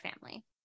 family